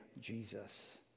Jesus